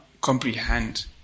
comprehend